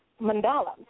mandala